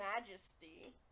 Majesty